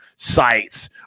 sites